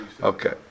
Okay